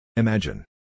Imagine